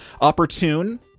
opportune